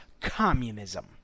communism